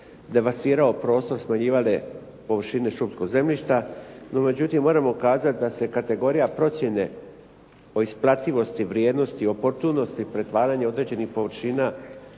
devastirao prostor, smanjivale površine šumskog zemljišta. No međutim, moramo kazat da se kategorija procjene o isplativosti vrijednosti, oportunosti, pretvaranja određenih površina